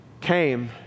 came